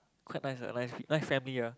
quite nice ah nice family ah